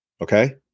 Okay